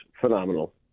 phenomenal